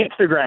Instagram